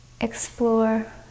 explore